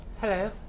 Hello